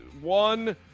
One